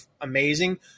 amazing